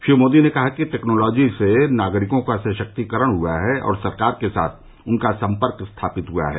श्री मोदी ने कहा कि टैक्नोलॉजी से नागरिकों का सशक्तिकरण हुआ है और सरकार के साथ उनका संपर्क स्थापित हुआ है